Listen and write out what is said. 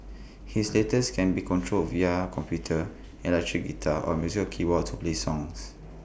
his latest can be controlled via computer electric guitar or musical keyboards to play songs